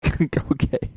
okay